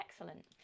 excellent